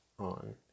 On